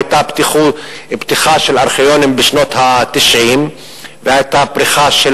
היתה פתיחה של ארכיונים בשנות ה-90 והיתה פריחה של